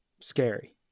scary